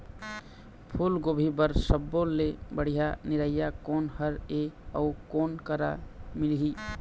फूलगोभी बर सब्बो ले बढ़िया निरैया कोन हर ये अउ कोन करा मिलही?